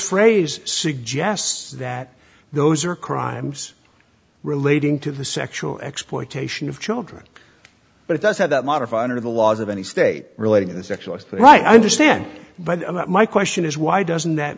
phrase suggests that those are crimes relating to the sexual exploitation of children but it does have that modify under the laws of any state relating to the sexual right i understand but my question is why doesn't that